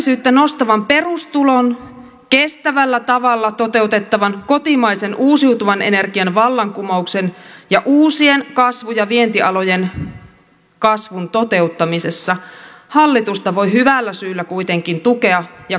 työllisyyttä nostavan perustulon kestävällä tavalla toteutettavan kotimaisen uusiutuvan energian vallankumouksen ja uusien kasvu ja vientialojen kasvun toteuttamisessa hallitusta voi hyvällä syyllä kuitenkin tukea ja